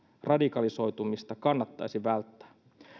radikalisoitumista kannattaisi välttää